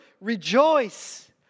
rejoice